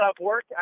work